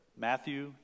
matthew